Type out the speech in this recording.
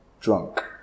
drunk